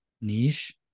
niche